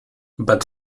but